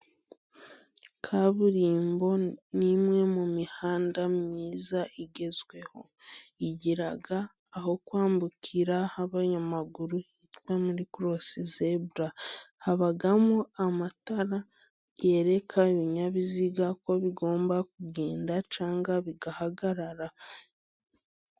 Kaburimbo ni imwe mu mihanda myiza igezweho，igira aho kwambukira h'abanyamaguru，no muri korosi zebura. Habamo amatara yereka ibinyabiziga ko bigomba kugenda cyangwa bigahagarara.